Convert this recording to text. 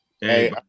Hey